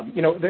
you know,